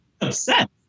Upset